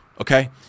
okay